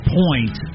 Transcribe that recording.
point